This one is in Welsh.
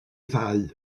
ddau